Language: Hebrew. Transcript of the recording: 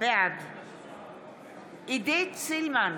בעד עידית סילמן,